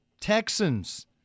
Texans